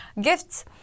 gifts